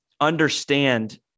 understand